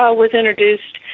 ah was introduced.